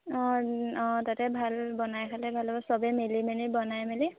অঁ অঁ তাতে ভাল বনাই খালে ভাল হ'ব সবেই মিলি মেলি বনাই মেলি